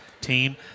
team